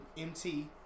MT